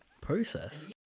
process